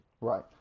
Right